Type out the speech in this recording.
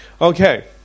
Okay